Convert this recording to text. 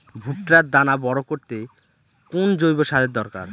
ভুট্টার দানা বড় করতে কোন জৈব সারের দরকার?